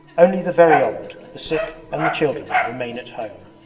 only the very old, the sick, and the children, remain at home.